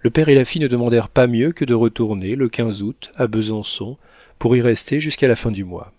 le père et la fille ne demandèrent pas mieux que de retourner le quinze août à besançon pour y rester jusqu'à la fin du mois